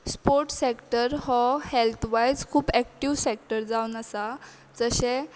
sports sector हो health wise खूब active sector जावन आसा जशें